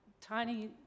tiny